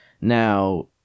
Now